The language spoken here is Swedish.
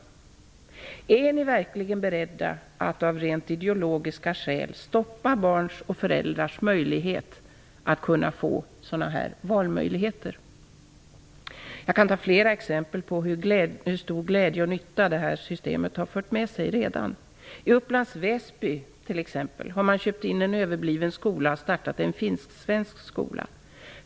Är ni verkligen beredda att av rent ideologiska skäl stoppa barns och föräldrars möjlighet att kunna få sådana valmöjligheter? Jag kan ta flera exempel på hur stor glädje och nytta detta system redan har fört med sig. I Upplands Väsby har man t.ex. köpt in en överbliven skola och startat en finsk-svensk skola.